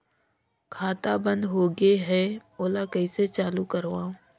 खाता बन्द होगे है ओला कइसे चालू करवाओ?